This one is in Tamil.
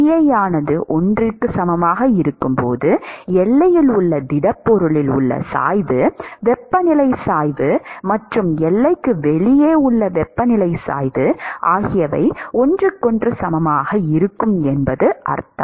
Bi ஆனது 1க்கு சமமாக இருக்கும் போது எல்லையில் உள்ள திடப்பொருளில் உள்ள சாய்வு வெப்பநிலை சாய்வு மற்றும் எல்லைக்கு வெளியே உள்ள வெப்பநிலை சாய்வு ஆகியவை ஒன்றுக்கொன்று சமமாக இருக்கும் என்று அர்த்தம்